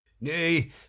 Nay